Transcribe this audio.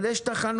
אבל, יש תחנות,